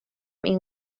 این